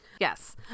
Yes